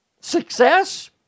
Success